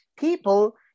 people